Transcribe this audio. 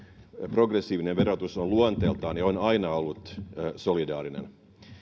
progressiivinen verotus on ja on aina ollut luonteeltaan solidaarinen